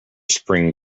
spring